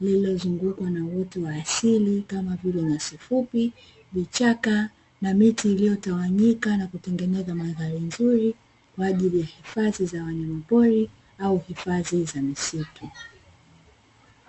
lililozungukwa na uoto wa asli kama vile nyasi fupi, vichaka na miti iliyotawanyika na kutengeneza mandhari nzuri kwaajili ya hifadhi za wanyama pori au hifadhi za misitu.